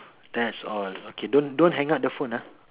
that's all okay don't don't hang up the phone ah